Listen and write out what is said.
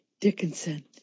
Dickinson